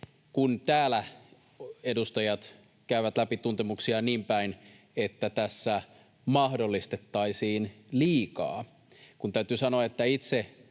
kun täällä edustajat käyvät läpi tuntemuksiaan niinpäin, että tässä mahdollistettaisiin liikaa. Täytyy sanoa, että itse